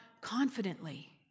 confidently